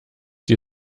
die